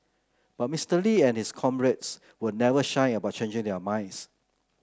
but Mister Lee and his comrades were never shy about changing their minds